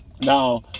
Now